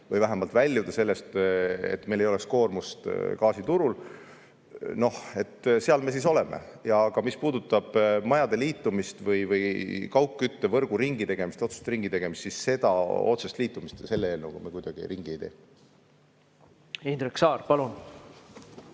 või vähemalt väljuda sellest, et meil ei oleks koormust gaasiturul. Noh, seal me siis oleme. Aga mis puudutab majade liitumist või kaugküttevõrgu ringitegemist, otsuste ringitegemist, siis seda otsest liitumist selle eelnõuga me kuidagi ringi ei tee. Indrek Saar, palun!